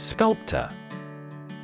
Sculptor